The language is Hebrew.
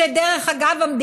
ודרך אגב,